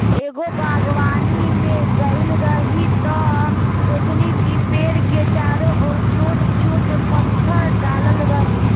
एगो बागवानी में गइल रही त देखनी कि पेड़ के चारो ओर छोट छोट पत्थर डालल रहे